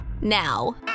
now